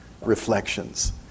reflections